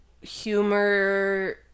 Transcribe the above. humor